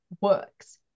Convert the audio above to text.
works